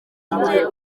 njye